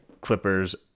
Clippers